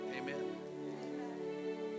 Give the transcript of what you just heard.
amen